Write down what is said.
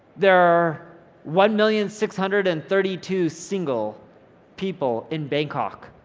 there are one million six hundred and thirty two single people in bangkok,